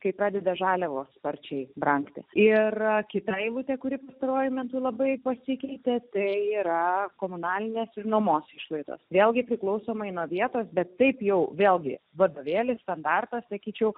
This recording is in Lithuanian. kai pradeda žaliavos sparčiai brangsta ir kitą eilutę kuri pastaruoju metu labai pasikeitė tai yra komunalinės ir nuomos išlaidos vėlgi priklausomai nuo vietos bet kaip jau vėlgi vadovėlis standartas sakyčiau